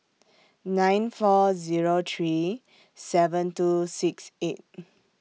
nine four Zero three seven two six eight